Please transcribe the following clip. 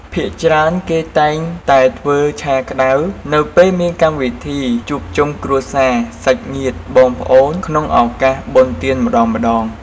ភាគច្រើនគេតែងធ្វើឆាក្តៅ នៅពេលមានកម្មវិធីជួបជុំគ្រួសារសាច់ញាតិបងប្អូនក្នុងឳកាសបុណ្យទានម្តងៗ។